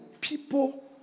people